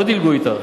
לא דילגו אתך?